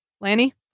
Lanny